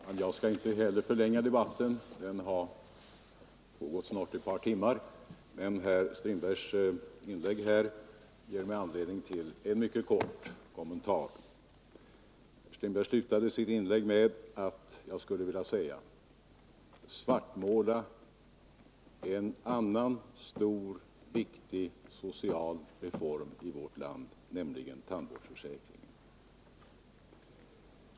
Fru talman! Jag skall inte heller förlänga debatten; den har pågått i ett par timmar snart. Men herr Strindbergs inlägg ger mig anledning till en mycket kort kommentar. Herr Strindberg slutade sitt inlägg med att svartmåla en annan stor och viktig social reform i vårt land, nämligen tandvårdsförsäkringen.